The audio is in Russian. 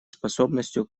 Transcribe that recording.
способностью